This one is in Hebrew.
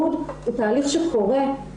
וזה פוגע גם במחקר,